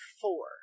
Four